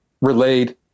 relayed